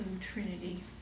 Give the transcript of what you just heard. Trinity